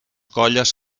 colles